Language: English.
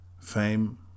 fame